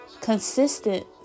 consistent